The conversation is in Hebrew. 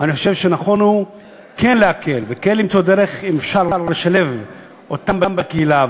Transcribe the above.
אני חושב שנכון כן להקל וכן למצוא דרך אם אפשר לשלב אותם בקהילה,